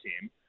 team